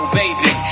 baby